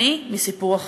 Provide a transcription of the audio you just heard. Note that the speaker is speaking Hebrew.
אני מסיפור אחר.